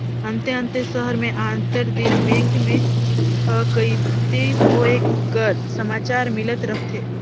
अन्ते अन्ते सहर में आंतर दिन बेंक में ठकइती होए कर समाचार मिलत रहथे